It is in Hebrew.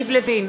יריב לוין,